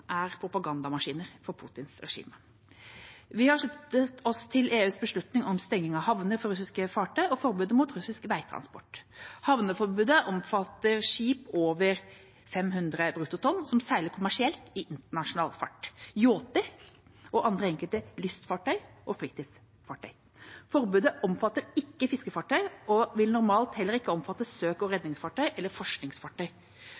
er propagandamaskiner for Putins regime. Vi har sluttet oss til EUs beslutning om stenging av havner for russiske fartøy og forbudet mot russisk veitransport. Havneforbudet omfatter skip på over 500 bruttotonn som seiler kommersielt i internasjonal fart, yachter og enkelte lystfartøy og fritidsfartøy. Forbudet omfatter ikke fiskefartøy og vil normalt heller ikke omfatte søk- og redningsfartøy